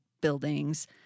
buildings